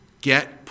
Get